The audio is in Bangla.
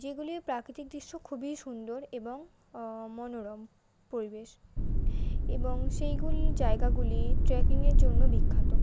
যেগুলির প্রাকৃতিক দৃশ্য খুবই সুন্দর এবং মনোরম পরিবেশ এবং সেইগুলি জায়গাগুলি ট্রেকিংয়ের জন্য বিখ্যাত